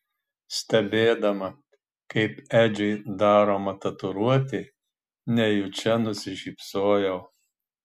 stebėdama kaip edžiui daroma tatuiruotė nejučia nusišypsojau